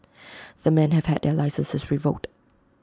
the men have had their licences revoked